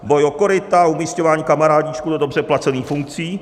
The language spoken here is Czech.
Boj o koryta, umísťování kamarádíčků do dobře placených funkcí.